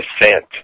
descent